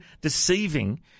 deceiving